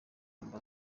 amb